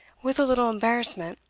with a little embarrassment,